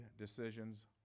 decisions